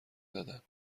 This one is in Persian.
دادن